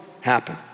happen